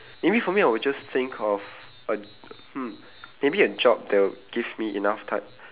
maybe for me I will just think of a hmm maybe a job that will give me enough time